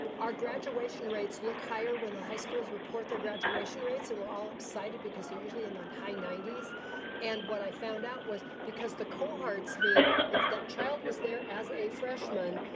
our graduation rates look higher when the high schools report their graduation rates and we're all excited because they're usually in the and high ninety s and what i found out was because the cohorts i mean if that child was there as a freshman,